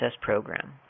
program